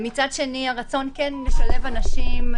ומצד שני הרצון כן לשלב אנשים,